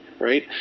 right